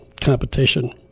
competition